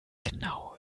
genau